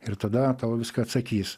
ir tada tau viską atsakys